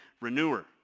renewer